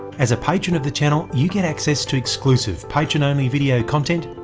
as a patron of the channel you get access to exclusive patron only video content,